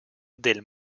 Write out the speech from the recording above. del